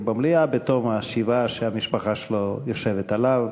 במליאה בתום השבעה שהמשפחה שלו יושבת עליו.